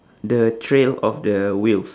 the trail of the wheels